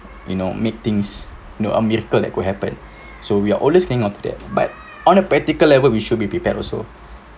you know make things you know a miracle that could happen so we are always think of to that but on a practical level we should be prepared also